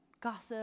gossip